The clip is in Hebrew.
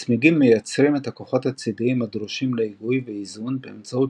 הצמיגים מייצרים את הכוחות הצידיים הדרושים להיגוי ואיזון באמצעות